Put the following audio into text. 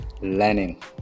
learning